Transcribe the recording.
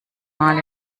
mal